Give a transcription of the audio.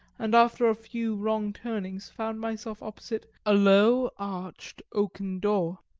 and after a few wrong turnings found myself opposite a low, arched oaken door,